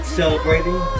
celebrating